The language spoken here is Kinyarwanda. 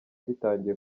ritangiye